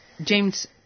James